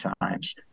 times